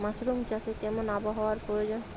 Mushroom চাষে কেমন আবহাওয়ার প্রয়োজন?